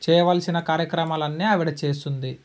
చేయవలసిన కార్యక్రమాలన్నీ ఆవిడ చేస్తుంది